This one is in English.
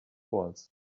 was